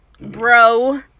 bro